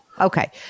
Okay